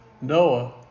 Noah